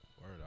Word